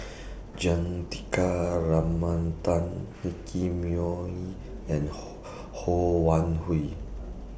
Juthika Ramanathan Nicky Moey and Ho Wan Hui